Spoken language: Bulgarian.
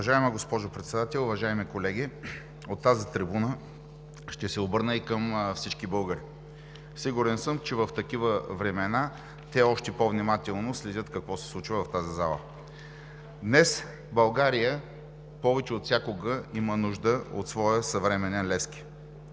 Уважаема госпожо Председател, уважаеми колеги! От тази трибуна ще се обърна и към всички българи. Сигурен съм, че в такива времена те още по-внимателно следят какво се случва в тази зала. Днес България повече отвсякога има нужда от своя съвременен Левски.